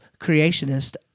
creationist